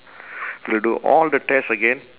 we'll do all the test again